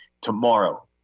Tomorrow